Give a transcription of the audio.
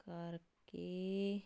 ਕਰਕੇ